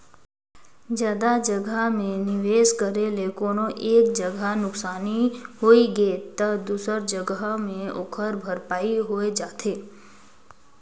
जादा जगहा में निवेस करे ले कोनो एक जगहा नुकसानी होइ गे ता दूसर जगहा में ओकर भरपाई होए जाथे